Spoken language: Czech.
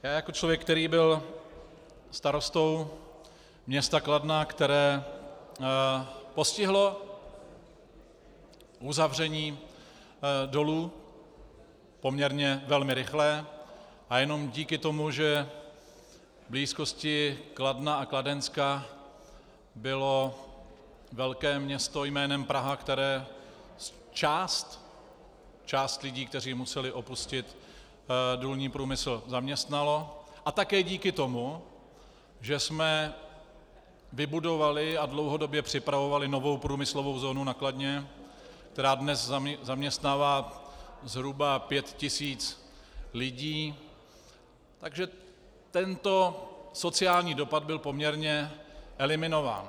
Já jako člověk, který byl starostou města Kladno, které postihlo uzavření dolu, poměrně velmi rychlé jenom díky tomu, že v blízkosti Kladna a Kladenska bylo velké město jménem Praha, které část lidí, kteří museli opustit důlní průmysl, zaměstnalo, a také díky tomu, že jsme vybudovali a dlouhodobě připravovali novou průmyslovou zónu na Kladně, která dnes zaměstnává zhruba pět tisíc lidí, tento sociální dopad byl poměrně eliminován.